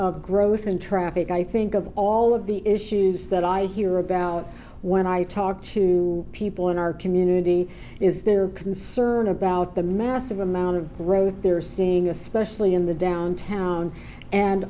of growth in traffic i think of all of the issues that i hear about when i talk to people in our community is their concern about the massive amount of growth they're seeing especially in the downtown and